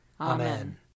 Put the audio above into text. Amen